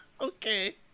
Okay